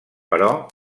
però